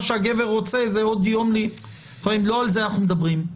שהגבר רוצה זה --- לא על זה אנחנו מדברים.